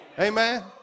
Amen